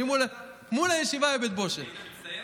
היית מצטיין?